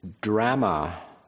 drama